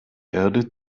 erde